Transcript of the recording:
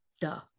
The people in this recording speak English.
duh